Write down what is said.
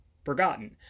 forgotten